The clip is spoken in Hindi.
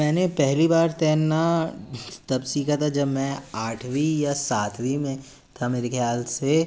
मैंने पहली बार तैरना तब सीखा था जब मैं आठवीं या सातवीं में था मेरे ख्याल से